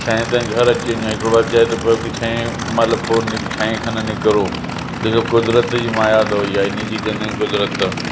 छह ताईं घरु अची वञो हिकिड़ो बार चयो थो पियो की छह मतिलबु पोइ छह खनि निकिरो ॾिसो क़ुदरत जी माया अथव इहा इन जी चवंदा आहिनि क़ुदरत